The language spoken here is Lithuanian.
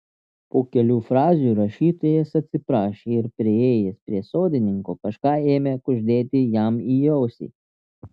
po kelių frazių rašytojas atsiprašė ir priėjęs prie sodininko kažką ėmė kuždėti jam į ausį